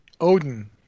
odin